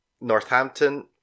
Northampton